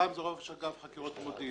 פעם זה ראש אגף חקירות ומודיעין.